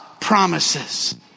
promises